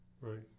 Right